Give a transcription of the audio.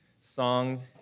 song